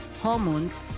hormones